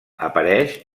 apareix